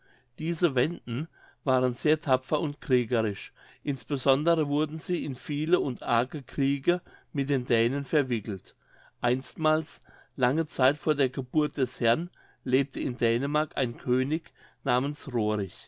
diese wenden waren sehr tapfer und kriegerisch insbesondere wurden sie in viele und arge kriege mit den dänen verwickelt einstmals lange zeit vor der geburt des herrn lebte in dänemark ein könig namens